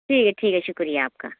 ٹھیک ہے ٹھیک ہے شکریہ آپ کا